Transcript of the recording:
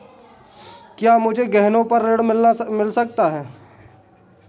क्या मुझे गहनों पर ऋण मिल सकता है?